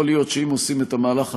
יכול להיות שאם עושים את המהלך הזה,